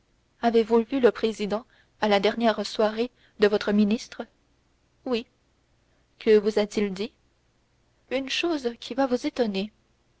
avez-vous vu le président à la dernière soirée de votre ministre oui que vous a-t-il dit une chose qui va vous étonner